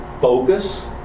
Focus